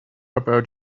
about